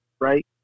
Right